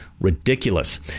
ridiculous